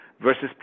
versus